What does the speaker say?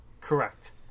Correct